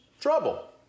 Trouble